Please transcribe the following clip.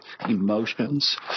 emotions